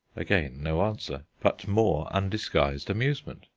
again no answer, but more undisguised amusement.